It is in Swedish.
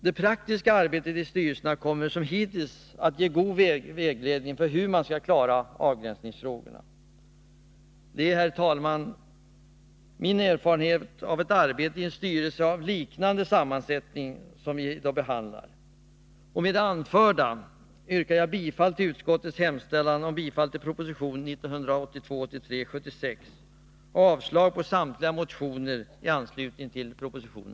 Det praktiska arbetet i styrelserna kommer som hittills att ge god vägledning för hur man skall klara avgränsningsfrågorna. Det är, herr talman, min erfarenhet från arbetet i en styrelse med liknande sammansättning som dem vi här behandlar. Med det anförda yrkar jag bifall till utskottets hemställan om bifall till proposition 1982/83:76 och avslag på samtliga motioner i anslutning till propositionen.